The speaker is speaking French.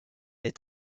est